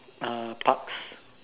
parks